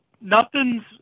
nothing's